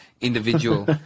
individual